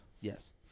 Yes